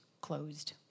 closed